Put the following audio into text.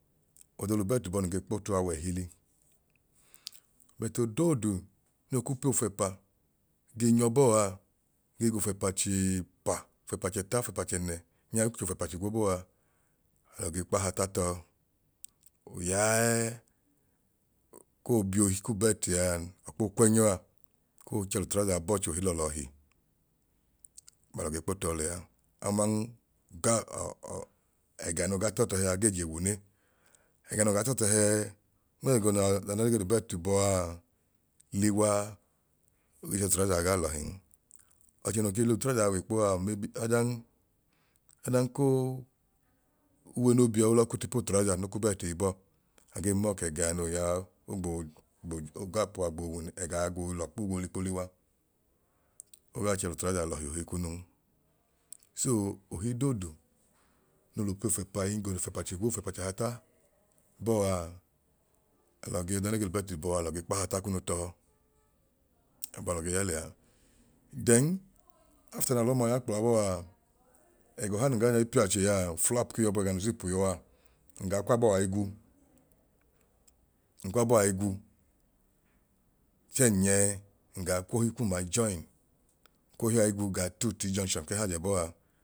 Nkwọi nyọọ chuutebu kpọ nkaa kwayọu nl'ayọ nyọọ nl'ayọ nọọ, nl'ayọ nyọọ ẹga nun join inu a nchiko l'ọpia f'icho, nlọ pia f'icho ẹẹ gbọbu ẹkan juu inner waiste ban aa waiste ban k'ipunu aa ẹẹkan geejọọ gu. Nkwọi gu ẹẹ chẹẹ n'nmaabọọ ẹẹ ipuu trauza ipu nu n'alọ gọ jaa ga kwu tii junction ma nkwabọọ igu, n kwabọọ igu ẹẹ chẹẹ onm'ẹgu zipu kum g'igbihi aa abọọ nun ge gbui nm'utrauza kum ikpẹye ankwọi nmẹyi abọọ ẹẹ chẹẹ ọdan ka gaa ke dọ ke gọ nai dọ ko gọ bẹẹ kẹ na oyibo gee gọ a flap u aa i l'ili ei tọọ gee cover kunu, ẹgu zipu a ai lili ei pipe'unu kpọ. Alọ ke hei le kupassover kpọ oge yaanu alẹmbabọ a kpo ya kpla chẹẹ akwuu binyọọ nyọ yẹ ch'utebu kpọ, tebu alayọn hẹ kpọ akaa ke l'ipunu ẹnaa yaa alọ open alọ open alọ open alọ gba kpla akwọyi chọha alẹ jẹnjinu kpogba then after na alọma yaaẹẹ akw'utepu kuwọ ichọọ ọchẹ naa g'ikaki lọọ a then alọ ya lẹa kplaa akwu length'i a imia akwọi fold akwọi gọ utrauza kuwọ mẹẹ.